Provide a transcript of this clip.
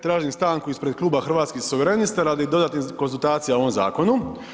Tražim stanku ispred Kluba Hrvatskih suverenista radi dodatnih konzultacija o ovom zakonu.